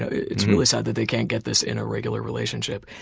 it's really sad that they can't get this in a regular relationship.